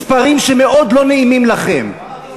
מספרים שמאוד לא נעימים לכם.